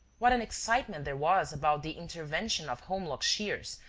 what an excitement there was about the intervention of holmlock shears,